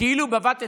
כאילו בבת עיניכם?